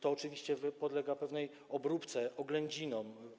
To oczywiście podlega pewnej obróbce, oględzinom.